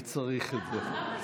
מי צריך את זה?